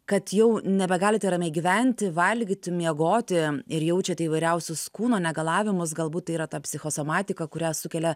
kad jau nebegalite ramiai gyventi valgyti miegoti ir jaučiate įvairiausius kūno negalavimus galbūt tai yra ta psichosomatika kurią sukelia